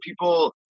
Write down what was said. people